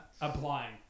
applying